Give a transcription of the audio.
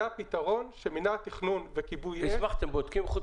זה הפתרון שמינה התכנון וכיבוי אש -- חוץ